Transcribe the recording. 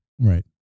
right